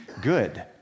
good